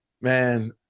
Man